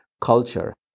culture